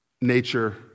nature